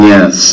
Yes